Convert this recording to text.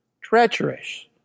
treacherous